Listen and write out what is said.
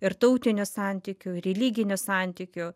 ir tautinių santykių ir religinių santykių